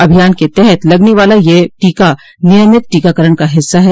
अभियान के तहत लगने वाला यह टीका नियमित टीकाकरण का हिस्सा है